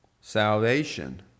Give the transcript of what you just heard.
salvation